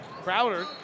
Crowder